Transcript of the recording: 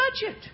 budget